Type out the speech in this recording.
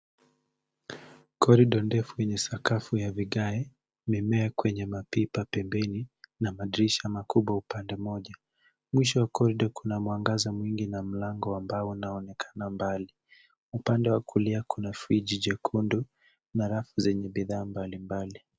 Corridor ndefu yenye sakafu ya vigae, mimea kwenye mapipa pembeni na madirisha makubwa upande moja. Mwisho wa corridor kuna mwangaza mwingi na mlango wa mbao unaonekana mbali. Upande wa kulia kuna friji jekundu na rafu zenye bidhaa mbalimbali.